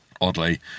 oddly